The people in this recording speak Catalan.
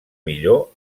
millor